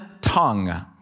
tongue